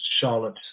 Charlotte